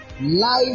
Life